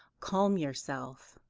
calm yourself.